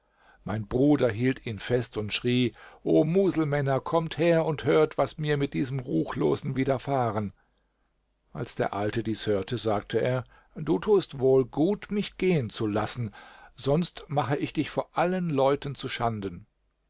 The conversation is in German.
mein bruder hielt ihn fest und schrie o muselmänner kommt her und hört was mir mit diesem ruchlosen widerfahren als der alte dies hörte sagte er du tust wohl gut mich gehen zu lassen sonst mache ich dich vor allen leuten zuschanden